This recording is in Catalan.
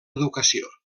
educació